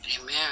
Amen